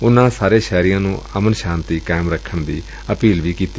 ਉਨੂਾ ਨੇ ਸਭਨਾਂ ਸ਼ਹਿਰੀਆਂ ਨੂੰ ਅਮਨ ਸ਼ਾਂਤੀ ਕਾਇਮ ਰੱਖਣ ਦੀ ਅਪੀਲ ਕੀਤੀ